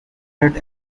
right